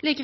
mener